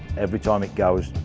every time it goes,